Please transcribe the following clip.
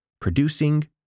producing